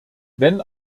wenn